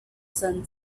son